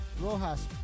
Rojas